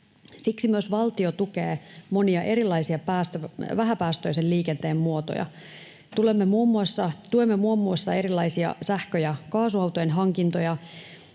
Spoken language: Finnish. Siksi myös valtio tukee monia erilaisia vähäpäästöisen liikenteen muotoja. Tuemme muun muassa erilaisia sähkö- ja kaasuautojen hankintoja,